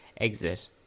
exit